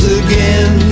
again